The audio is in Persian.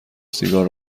سیگار